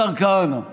השר כהנא,